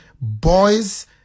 boys